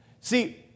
See